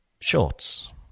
Shorts